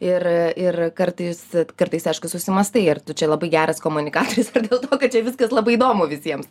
ir ir kartais kartais aišku susimąstai ar tu čia labai geras komunikatorius ar dėl to kad čia viskas labai įdomu visiems